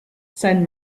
sein